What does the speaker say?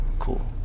Cool